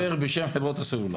אדוני, אני מדבר בשם חברות הסלולר.